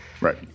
Right